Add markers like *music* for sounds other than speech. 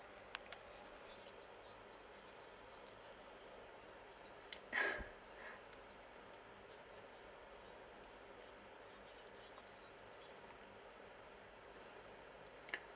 *laughs*